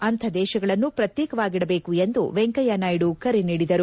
ಅಂಥ ದೇಶಗಳನ್ನು ಪ್ರತ್ಯೇಕವಾಗಿಡಬೇಕು ಎಂದು ವೆಂಕಯ್ಯನಾಯ್ಡು ಕರೆ ನೀಡಿದರು